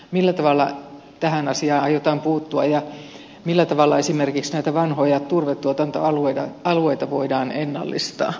millä tavalla tähän asiaan aiotaan puuttua ja millä tavalla esimerkiksi näitä vanhoja turvetuotantoalueita voidaan ennallistaa